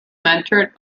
mentored